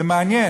זה מעניין,